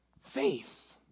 faith